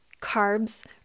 carbs